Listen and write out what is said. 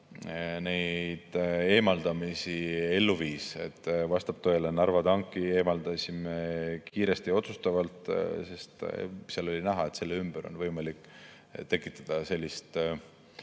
neid eemaldamisi ellu viis. Vastab tõele, et Narva tanki eemaldasime kiiresti ja otsustavalt, sest seal oli näha, et selle ümber on võimalik tekitada